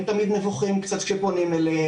הם תמיד נבוכים קצת שפונים אליהם,